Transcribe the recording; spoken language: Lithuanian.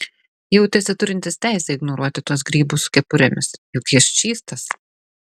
jautėsi turintis teisę ignoruoti tuos grybus su kepurėmis juk jis čystas